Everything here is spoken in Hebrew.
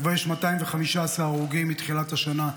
וכבר יש 215 הרוגים מתחילת השנה,